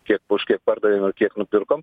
kiek už kiek pardavėm ir kiek nupirkom